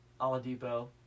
Aladipo